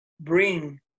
bring